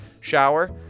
Shower